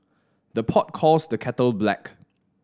the pot calls the kettle black